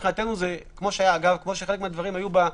מבחינתנו זה כמו חלק מהדברים היו בתקש"חים: